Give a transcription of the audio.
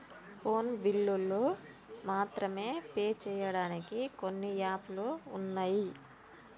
phone బిల్లులు మాత్రమే pay చెయ్యడానికి కొన్ని యాపులు వున్నయ్